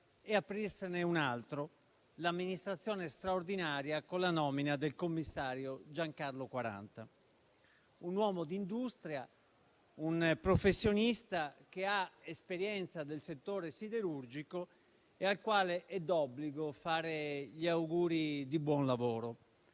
e aprirsene un altro, l'amministrazione straordinaria con la nomina del commissario Giancarlo Quaranta, un uomo di industria, un professionista che ha esperienza nel settore siderurgico e al quale è d'obbligo fare gli auguri di buon lavoro.